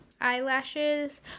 eyelashes